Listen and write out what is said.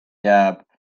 jääb